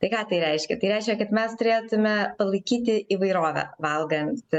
tai ką tai reiškia tai reiškia kad mes turėtume palaikyti įvairovę valgant